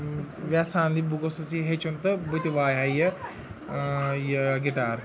یَژھان یہِ بہٕ گوٚژھُس یہِ ہیچھُن تہٕ بہٕ تہِ وایہِ ہا یہِ یہِ گِٹار